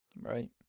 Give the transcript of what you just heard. Right